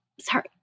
sorry